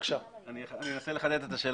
ברשות היושב ראש, אני אחדד את השאלה.